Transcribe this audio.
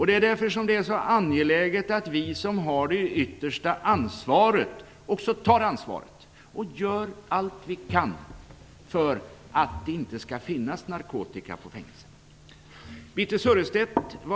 Det är därför som det är så angeläget att vi som har det yttersta ansvaret också tar ansvaret och gör allt vi kan för att det inte skall finnas narkotika på fängelserna.